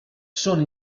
són